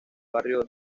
barrio